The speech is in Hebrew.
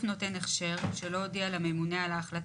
מועצת הרבנות הראשית תקבע סמל תקן לכל תקן כשרות מועצה שהסדירה,